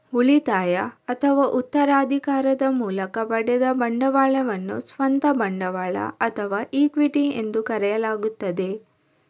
ಉಳಿತಾಯ ಅಥವಾ ಉತ್ತರಾಧಿಕಾರದ ಮೂಲಕ ಪಡೆದ ಬಂಡವಾಳವನ್ನು ಸ್ವಂತ ಬಂಡವಾಳ ಅಥವಾ ಇಕ್ವಿಟಿ ಎಂದು ಕರೆಯಲಾಗುತ್ತದೆ